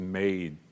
made